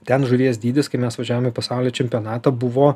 ten žuvies dydis kai mes važiavom į pasaulio čempionatą buvo